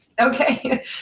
Okay